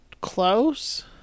close